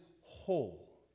whole